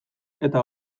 eta